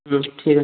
হুম ঠিক আছে